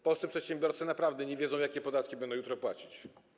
Polscy przedsiębiorcy naprawdę nie wiedzą, jakie podatki będą jutro płacić.